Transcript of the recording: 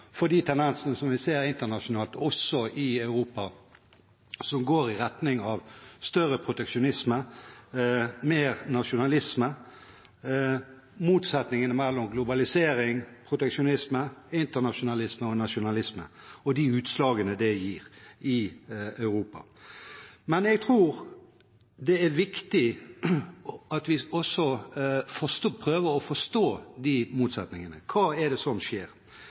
for de tendensene som vi ser internasjonalt, også i Europa, som går i retning av større proteksjonisme og mer nasjonalisme, motsetningene mellom globalisering og proteksjonisme og internasjonalisme og nasjonalisme og de utslagene det gir i Europa. Men jeg tror det er viktig at vi også prøver å forstå de motsetningene. Hva er det som skjer?